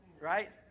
Right